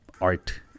art